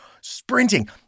sprinting